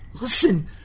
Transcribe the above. listen